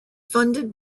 funded